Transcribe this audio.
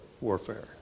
warfare